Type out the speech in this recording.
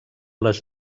les